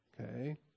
Okay